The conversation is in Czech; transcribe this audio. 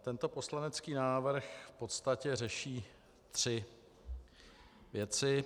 Tento poslanecký návrh v podstatě řeší tři věci.